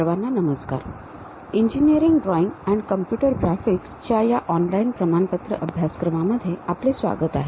सर्वांना नमस्कार engineering drawing and computer graphics च्या या ऑनलाईन प्रमाणपत्र अभ्यासक्रमामध्ये आपले स्वागत आहे